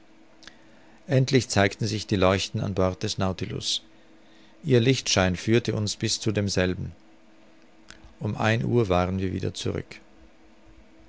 endlich zeigten sich die leuchten an bord des nautilus ihr lichtschein führte uns bis zu demselben um ein uhr waren wir wieder zurück